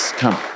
come